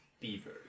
Beaver